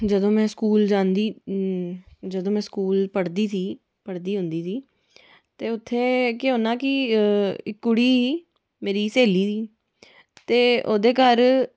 जदूं में स्कूल जांदी जदूं में स्कूल पढ़दी थी पढ़दी होंदी थी ते उ'त्थें केह् होना कि इक कुड़ी ही मेरी स्हेली थी ते ओह्दे घर